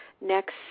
Next